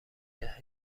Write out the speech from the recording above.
کرد